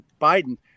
Biden